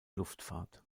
luftfahrt